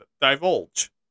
divulge